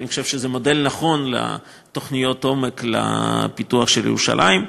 אני חושב שזה מודל נכון לתוכניות עומק לפיתוח של ירושלים.